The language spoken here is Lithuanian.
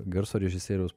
garso režisieriaus